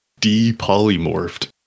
depolymorphed